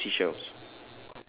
ya two seashells